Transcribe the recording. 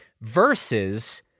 versus